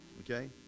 Okay